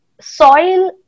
soil